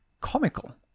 comical